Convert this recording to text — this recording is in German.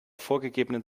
vorgegebenen